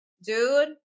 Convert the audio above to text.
Dude